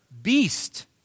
beast